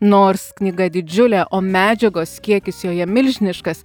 nors knyga didžiulė o medžiagos kiekis joje milžiniškas